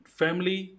family